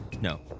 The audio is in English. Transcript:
No